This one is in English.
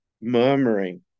murmuring